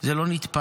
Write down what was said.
זה לא נתפס.